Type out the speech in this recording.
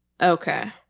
Okay